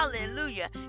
hallelujah